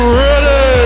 ready